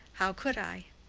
how could i?